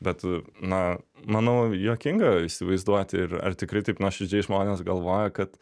bet na manau juokinga įsivaizduoti ir ar tikrai taip nuoširdžiai žmonės galvoja kad